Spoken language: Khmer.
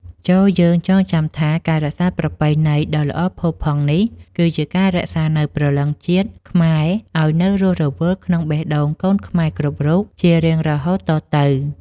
ចូរយើងចងចាំថាការរក្សាប្រពៃណីដ៏ល្អផូរផង់នេះ គឺជាការរក្សានូវព្រលឹងជាតិខ្មែរឱ្យនៅរស់រវើកក្នុងបេះដូងកូនខ្មែរគ្រប់រូបជារៀងរហូតតទៅ។